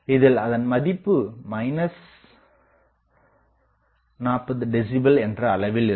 இதில் அதன் மதிப்பு 40 டெசிபல் என்ற அளவில் இருக்கும்